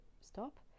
stop